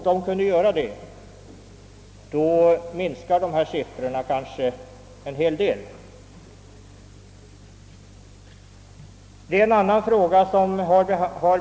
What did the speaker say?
En annan fråga som har berörts i debatten är djuphamnen vid Hargshamn.